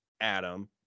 Adam